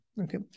okay